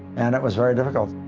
and it was very difficult.